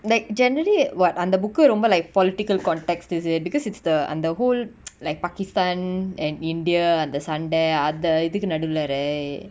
like generally what அந்த:antha book uh ரொம்ப:romba like political context is it because it's the அந்த:antha whole like pakistan and india அந்த சண்ட அத இதுக்கு நடவுல:antha sanda atha ithuku naduvula right